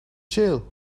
jail